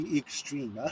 extreme